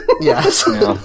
Yes